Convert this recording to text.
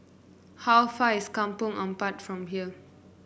how far is Kampong Ampat from here